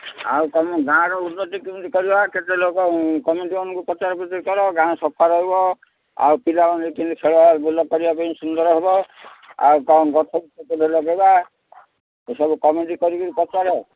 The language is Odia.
ଆଉ ତୁମ ଗାଁର ଉନ୍ନତି କେମିତି କରିବା କେତେ ଲୋକ କମିଟିମାନଙ୍କୁ ପଚାରପଚରି କର ଗାଁ ସଫା ହବ ଆଉ ପିଲାମାନେ କେମିତି ଖେଳବୁଲ କରିବା ପାଇଁ ସୁନ୍ଦର ହବ ଆଉ କ'ଣ ଗଛଫଛ ଲଗେଇବା ଏସବୁ କମିଟି କରିକିରି ପଚାର